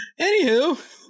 Anywho